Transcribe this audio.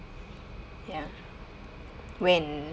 ya when